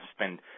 spend